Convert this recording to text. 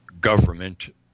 government